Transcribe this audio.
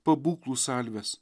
pabūklų salves